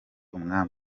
umwami